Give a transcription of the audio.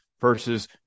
versus